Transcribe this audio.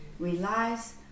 relies